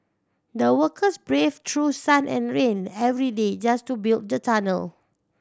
the workers braved sun and rain every day just to build the tunnel